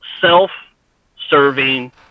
self-serving